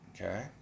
Okay